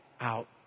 out